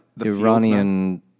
Iranian